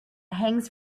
hangs